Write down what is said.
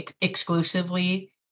exclusively